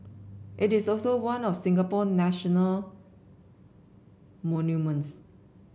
it is also one of Singapore national monuments